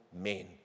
men